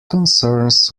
concerns